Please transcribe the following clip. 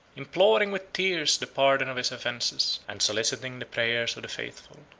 imploring with tears the pardon of his offences, and soliciting the prayers of the faithful.